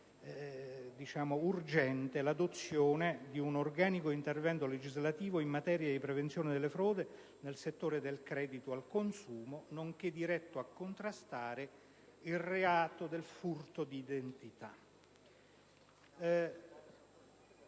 indifferibile l'adozione di un organico intervento legislativo in materia di prevenzione delle frodi nel settore del credito al consumo, nonché diretto a contrastare il reato del furto d'identità.